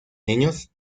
niños